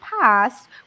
past